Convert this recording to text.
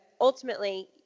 ultimately